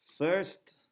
First